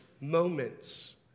moments